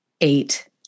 eight